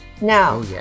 Now